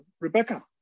Rebecca